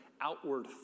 outward